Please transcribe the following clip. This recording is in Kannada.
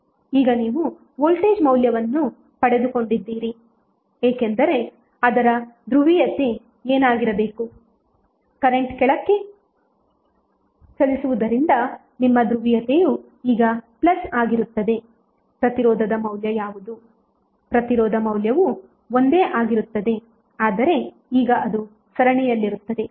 ಈಗ ನೀವು ವೋಲ್ಟೇಜ್ ಮೌಲ್ಯವನ್ನು ಪಡೆದುಕೊಂಡಿದ್ದೀರಿ ಏಕೆಂದರೆ ಅದರ ಧ್ರುವೀಯತೆ ಏನಾಗಿರಬೇಕು ಕರೆಂಟ್ ಕೆಳಕ್ಕೆ ಚಲಿಸುವುದ್ದರಿಂದ ನಿಮ್ಮ ಧ್ರುವೀಯತೆಯು ಈಗ ಪ್ಲಸ್ ಆಗಿರುತ್ತದೆ ಪ್ರತಿರೋಧದ ಮೌಲ್ಯ ಯಾವುದು ಪ್ರತಿರೋಧ ಮೌಲ್ಯವು ಒಂದೇ ಆಗಿರುತ್ತದೆ ಆದರೆ ಈಗ ಅದು ಸರಣಿಯಲ್ಲಿರುತ್ತದೆ